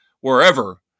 wherever